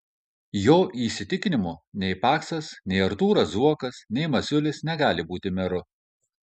jo įsitikinimu nei paksas nei artūras zuokas nei masiulis negali būti meru